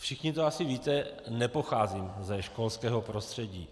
Všichni to asi víte, že nepocházím ze školského prostředí.